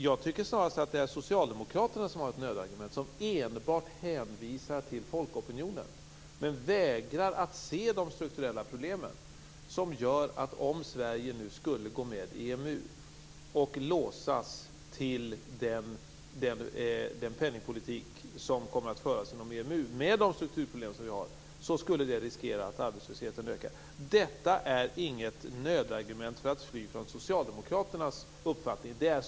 Jag tycker att det snarare är Socialdemokraterna som använder sig av nödargument, dvs. som enbart hänvisar till folkopinionen men vägrar att se de strukturella problemen. De innebär att om Sverige skulle gå med i EMU och låsas till den penningpolitik som kommer att föras inom EMU, skulle det riskera att arbetslösheten ökar. Detta är inget nödargument för att fly från Socialdemokraternas uppfattning.